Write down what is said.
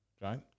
right